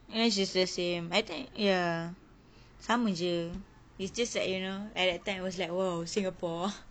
ya it's the same I think ya sama jer it's just that you know at that time I was like !wow! singapore